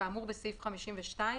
כאמור בסעיף 52,